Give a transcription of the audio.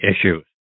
issues